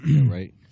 right